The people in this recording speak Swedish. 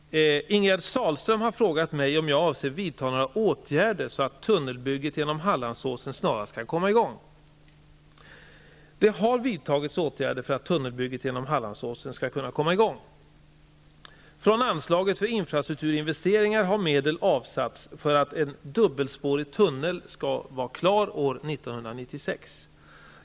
Herr talman! Ingegerd Sahlström har frågat mig om jag avser vidta några åtgärder så att tunnelbygget genom Hallandsåsen snarast kan komma i gång. Det har vidtagits åtgärder för att tunnelbygget genom Hallandsåsen skall kunna komma i gång. Från anslaget för infrastrukturinvesteringar har medel avsatts för att en dubbelspårig tunnel skall vara klar år 1996.